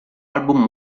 album